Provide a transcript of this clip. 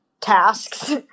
tasks